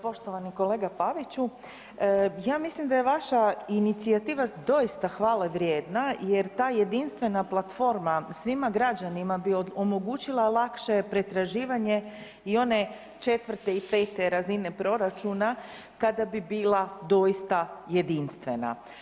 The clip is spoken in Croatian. Poštovani kolega Paviću, ja mislim da je vaša inicijativa doista hvale vrijedna jer ta jedinstvena platforma svima građanima bi omogućila lakše pretraživanje i one četvrte i pete razine proračuna kada bi bila doista jedinstvena.